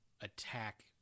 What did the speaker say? attack